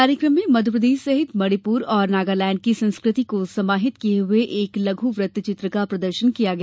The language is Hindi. कार्यक्रम में मध्यप्रदेश सहित मणिपुर और नागालैंड की संस्कृति को समाहित किये एक लघु वृत्त चित्र का प्रदर्शन किया गया